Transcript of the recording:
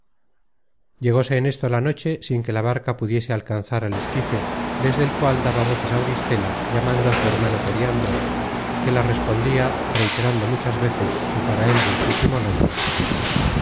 llegóse en esto la noche sin que la barca pudiese alcanzar al esquife desde el cual daba voces auristela llamando á su hermano periandro que la respondia reiterando muchas veces su para él dulcísimo nombre